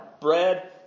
Bread